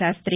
Sastry